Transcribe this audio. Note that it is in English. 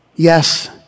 Yes